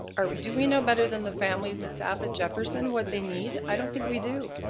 um do we know better than the families and staff at jefferson what they need? i don't think we do.